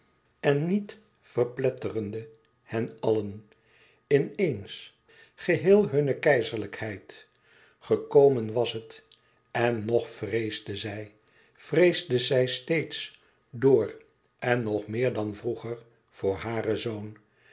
en niet verpletterende hen allen in eens geheel hunne keizerlijkheid gekomen was het en nog vreesde zij vreesde zij steeds door en nu nog meer dan vroeger voor haren zoon